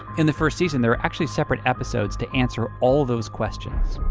in the first season they're actually separate episodes to answer all those questions.